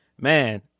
Man